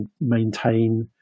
maintain